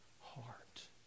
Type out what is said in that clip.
heart